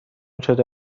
شده